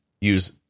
use